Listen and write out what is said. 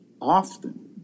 Often